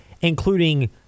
including